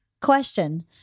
question